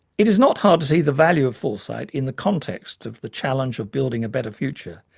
it is not hard to see the value of foresight in the context of the challenge of building a better future.